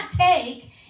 take